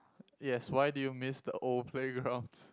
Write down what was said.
yes why do you miss the old playgrounds